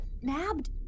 Nabbed